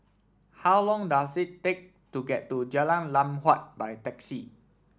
how long does it take to get to Jalan Lam Huat by taxi